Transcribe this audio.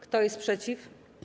Kto jest przeciw?